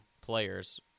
players